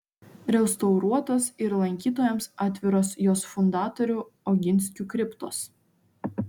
restauruotos ir lankytojams atviros jos fundatorių oginskių kriptos